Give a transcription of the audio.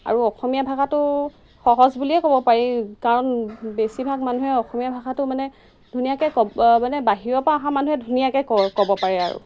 আৰু অসমীয়া ভাষাটো সহজ বুলিয়েই ক'ব পাৰি কাৰণ বেছিভাগ মানুহে অসমীয়া ভাষাটো মানে ধুনীয়াকৈ ক'ব মানে বাহিৰৰপৰা অহা মানুহে ধুনীয়াকৈ কয় ক'ব পাৰে আৰু